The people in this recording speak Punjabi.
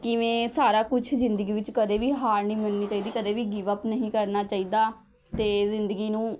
ਕਿਵੇਂ ਸਾਰਾ ਕੁਛ ਜ਼ਿੰਦਗੀ ਵਿੱਚ ਕਦੇ ਵੀ ਹਾਰ ਨਹੀਂ ਮੰਨਣੀ ਚਾਹੀਦੀ ਕਦੇ ਵੀ ਗਿਵ ਅੱਪ ਨਹੀਂ ਕਰਨਾ ਚਾਹੀਦਾ ਅਤੇ ਜ਼ਿੰਦਗੀ ਨੂੰ